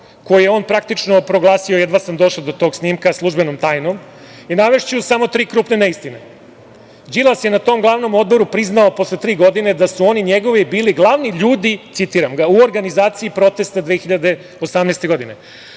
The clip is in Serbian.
koji je on praktično proglasio, jedva sam došao do tog snimka, službenom tajnom, i navešću samo tri krupne neistine. Đilas je na tom glavnom odboru priznao posle tri godine da su oni njegovi bili glavni ljudi, citiram ga: "u organizaciji protesta 2018. godine".